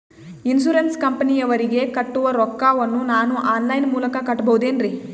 Insurance ಕಂಪನಿಯವರಿಗೆ ಕಟ್ಟುವ ರೊಕ್ಕ ವನ್ನು ನಾನು ಆನ್ ಲೈನ್ ಮೂಲಕ ಕಟ್ಟಬಹುದೇನ್ರಿ?